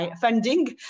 funding